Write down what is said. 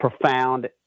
profound